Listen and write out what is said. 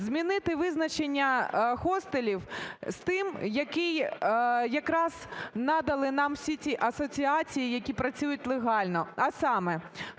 змінити визначення хостелів з тим, який якраз надали всі ці асоціації, які працюють легально, а саме: